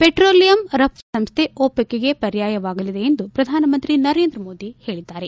petroleum ರಫ್ತುದಾರ ರಾಷ್ಟಗಳ ಸಂಸ್ಥೆ ಒಪೆಕ್ ಗೆ ಪರ್ಯಾಯವಾಗಲಿದೆ ಎಂದು ಪ್ರಧಾನಮಂತ್ರಿ ನರೇಂದ್ರ ಮೋದಿ ಹೇಳಿದ್ದಾರೆ